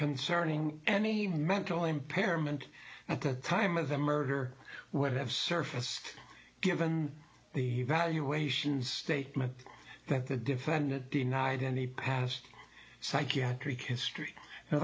concerning any mental impairment at the time of the murder what have surface given the valuations statement that the defendant denied any past psychiatric history